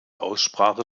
aussprache